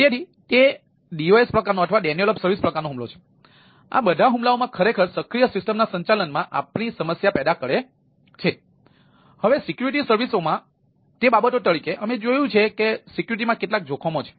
તેથી આ બધા હુમલાઓ ખરેખર સક્રિય સિસ્ટમના સંચાલનમાં આપણી સમસ્યા પેદા કરે છે હવે સિક્યુરિટી સર્વિસઓમાં તે બાબતો તરીકે અમે જોયું છે કે આ સિક્યુરિટીમાં કેટલાક જોખમો છે